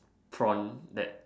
prawn that